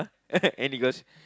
any girls